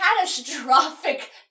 catastrophic